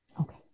Okay